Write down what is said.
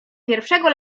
pierwszego